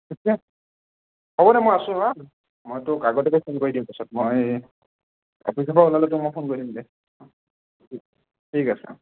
হ'ব দে মই আছোঁ মই তোক আগতিয়াকৈ ফোন কৰি দিম পিছত মই অফিচৰ পৰা ওলালে তোক মই ফোন কৰি দিম দে অঁ ঠিক আছে অঁ